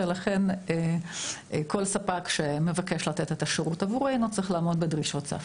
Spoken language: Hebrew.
ולכן כל ספק שמבקש לתת את השירות עבורנו צריך לעמוד בדרישות סף.